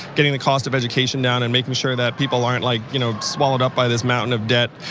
getting the cost of education down, and making sure that people aren't like you know swallowed up by this mountain of debt.